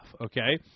okay